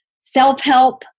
self-help